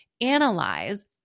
analyze